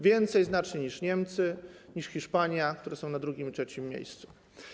Więcej znacznie niż Niemcy, niż Hiszpania, które są na drugim i trzecim miejscu.